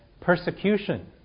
Persecution